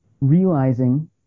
realizing